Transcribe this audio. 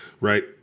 right